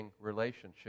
relationship